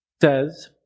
says